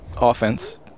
offense